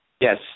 Yes